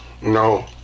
no